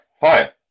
Hi